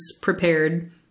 prepared